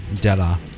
Della